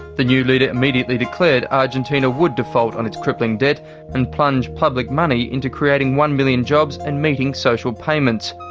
the new leader immediately declared argentina would default on its crippling debt and plunge public money into creating one million jobs and meeting social payments.